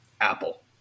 Apple